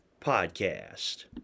podcast